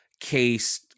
case